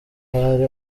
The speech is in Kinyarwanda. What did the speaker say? hari